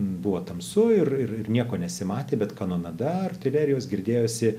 buvo tamsu ir ir ir nieko nesimatė bet kanonada artilerijos girdėjosi